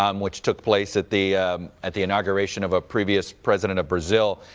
um which took place at the at the inauguration of a previous president of brazil.